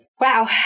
Wow